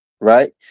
Right